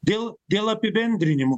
dėl dėl apibendrinimų